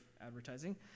advertising